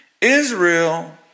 Israel